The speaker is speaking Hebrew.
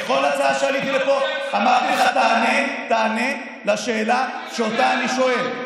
בכל הצעה שעליתי לפה אמרתי לך: תענה על השאלה שאותה אני שואל.